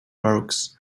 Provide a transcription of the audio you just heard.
works